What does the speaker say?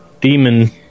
demon